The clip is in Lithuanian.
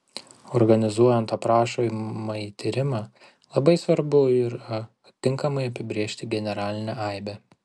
organizuojant aprašomąjį tyrimą labai svarbu yra tinkamai apibrėžti generalinę aibę